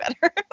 better